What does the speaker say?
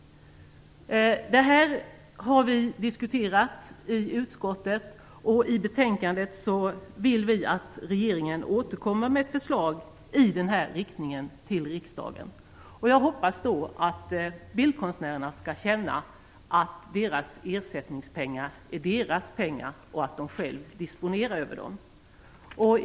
Det här har vi diskuterat i utskottet, och i betänkandet vill vi att regeringen återkommer med förslag i den här riktningen till riksdagen. Jag hoppas då att bildkonstnärerna skall känna att deras ersättningspengar är deras pengar och att de själva disponerar över dem.